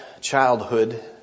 childhood